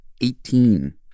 Eighteen